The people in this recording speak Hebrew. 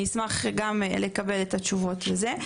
אני אשמח גם לקבל את התשובות לזה.